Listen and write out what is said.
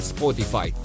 Spotify